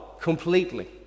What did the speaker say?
completely